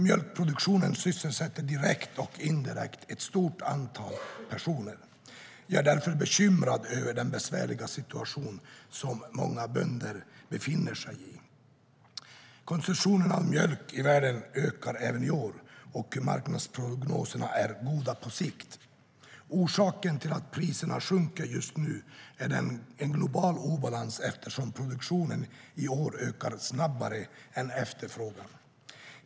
Mjölkproduktionen sysselsätter direkt och indirekt ett stort antal personer. Jag är därför bekymrad över den besvärliga situation som många bönder befinner sig i.Konsumtionen av mjölk i världen ökar även i år, och marknadsprognoserna är goda på sikt. Orsaken till att priserna sjunker just nu är en global obalans; produktionen har i år ökat snabbare än efterfrågan.